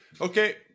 okay